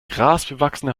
grasbewachsene